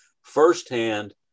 firsthand